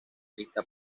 lista